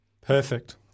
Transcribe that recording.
Perfect